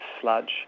sludge